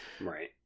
Right